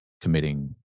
committing